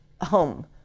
home